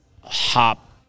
hop